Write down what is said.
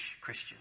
Christian